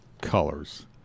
colors